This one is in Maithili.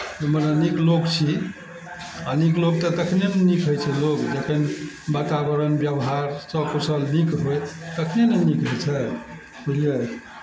मने नीक लोक छी आ नीक लोक तऽ तखने नऽ नीक होइ छै लोग जखन बाताबरण व्यवहार सब कुछ नीक होयत तखने नऽ नीक होइ छै बुझलियै